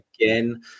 again